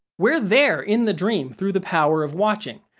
we're there in the dream through the power of watching,